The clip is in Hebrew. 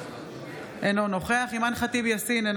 אינו נוכח אימאן ח'טיב יאסין,